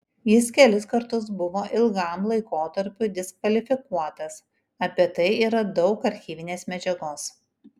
jis kelis kartus buvo ilgam laikotarpiui diskvalifikuotas apie tai yra daug archyvinės medžiagos